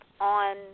on